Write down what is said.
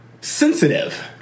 sensitive